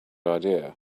idea